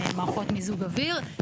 מערכות מיזוג אוויר,